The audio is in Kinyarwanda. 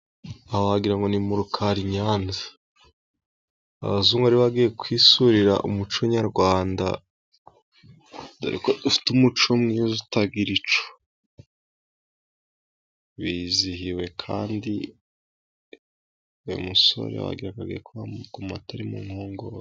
Aho wagira ngo ni mu Rukari i Nyanza, abazungu bari bagiye kwisurira umuco nyarwanda, dore ko dufite umuco mwiza utagira ico, bizihiwe kandi uyu musore wagira ngo agiye kunywa ku mata ari mu nkongoro.